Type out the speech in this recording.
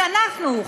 שאנחנו,